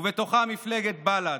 ובתוכה מפלגת בל"ד,